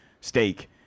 steak